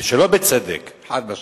ושלא בצדק, חד-משמעית,